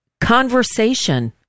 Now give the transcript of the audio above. conversation